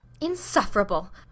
Insufferable